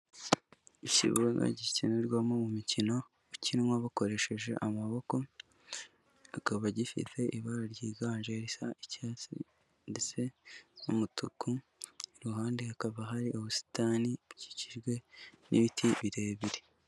Ikibuga gikinirwamo umukino ukinwa bakoresheje amaboko akaba gifite ibara ryiganje risa icyatsi ndetse n'umutuku iruhande hakaba hari ubusitani bukikijwe n'ibiti birebire.